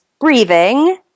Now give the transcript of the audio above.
breathing